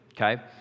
okay